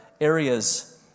areas